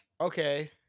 okay